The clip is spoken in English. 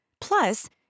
Plus